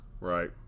Right